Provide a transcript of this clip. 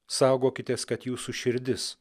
saugokitės kad jūsų širdis